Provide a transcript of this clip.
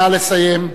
נא לסיים.